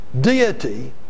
deity